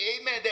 Amen